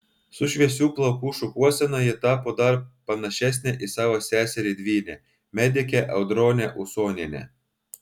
su šviesių plaukų šukuosena ji tapo dar panašesnė į savo seserį dvynę medikę audronę usonienę